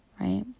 right